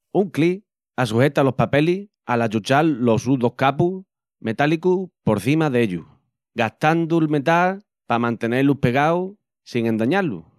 Un clip assujeta los papelis al achuchal los sus dos cabus metálicus por cima dellus, gastandu'l metal pa mantenel-lus pregaus sin endañar-lus.